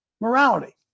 morality